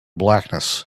blackness